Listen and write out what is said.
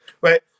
right